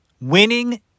winning